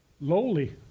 lowly